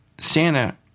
Santa